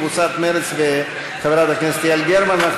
קבוצת מרצ וחברת הכנסת יעל גרמן.